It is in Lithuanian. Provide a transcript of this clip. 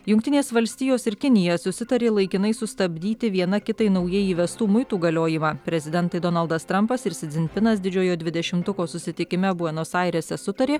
jungtinės valstijos ir kinija susitarė laikinai sustabdyti viena kitai naujai įvestų muitų galiojimą prezidentai donaldas trampas ir si dzin pinas didžiojo dvidešimtuko susitikime buenos airėse sutarė